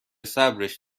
صبرش